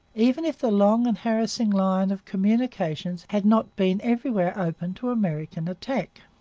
even if the long and harassing line of communications had not been everywhere open to american attack.